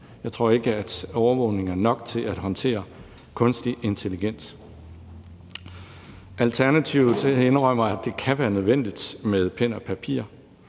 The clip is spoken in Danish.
Jeg tror ikke, at overvågning er nok til at håndtere kunstig intelligens. Alternativet indrømmer, at det kan være nødvendigt med pen og papir,